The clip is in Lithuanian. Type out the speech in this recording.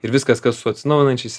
ir viskas kas su atsinaujinančiais